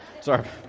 Sorry